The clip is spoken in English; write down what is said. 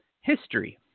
history